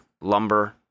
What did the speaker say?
lumber